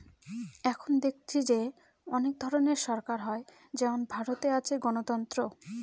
এখন দেখেছি যে অনেক ধরনের সরকার হয় যেমন ভারতে আছে গণতন্ত্র